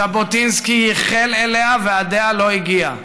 ז'בוטינסקי ייחל אליה ועדיה לא הגיע.